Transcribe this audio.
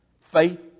Faith